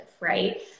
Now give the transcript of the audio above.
Right